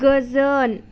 गोजोन